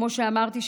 כמו שאמרתי,